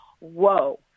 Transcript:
whoa